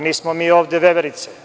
Nismo mi ovde veverice.